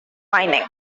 mining